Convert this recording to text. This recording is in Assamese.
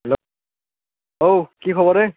হেল্ল' অঁ কি খবৰ হে